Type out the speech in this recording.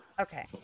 Okay